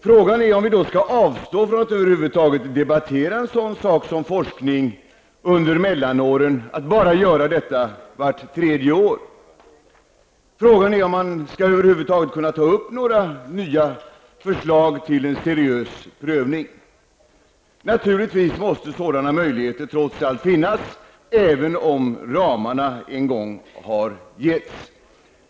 Frågan är om vi skall avstå från att över huvud taget debattera forskning under mellanåren och bara göra det vart tredje år. Skall vi ta upp nya förslag till en seriös prövning? Sådana möjligheter måste naturligtvis trots allt finnas även om ramarna en gång har getts.